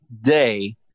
day